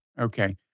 Okay